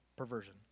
perversion